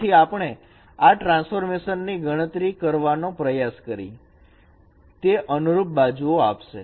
તેથી આપણે આ ટ્રાન્સફોર્મેશન ની ગણતરી કરવાનો પ્રયાસ કરી તે અનુરૂપ બાજુઓ આપશે